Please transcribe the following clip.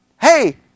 hey